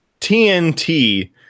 TNT